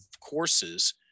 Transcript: courses